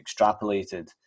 extrapolated